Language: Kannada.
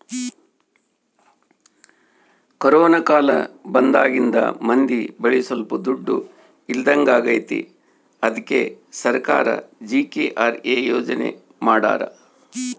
ಕೊರೋನ ಕಾಲ ಬಂದಾಗಿಂದ ಮಂದಿ ಬಳಿ ಸೊಲ್ಪ ದುಡ್ಡು ಇಲ್ದಂಗಾಗೈತಿ ಅದ್ಕೆ ಸರ್ಕಾರ ಜಿ.ಕೆ.ಆರ್.ಎ ಯೋಜನೆ ಮಾಡಾರ